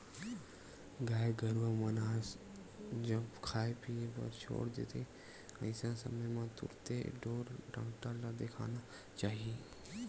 गाय गरुवा मन ह जब खाय पीए बर छोड़ देथे अइसन समे म तुरते ढ़ोर डॉक्टर ल देखाना चाही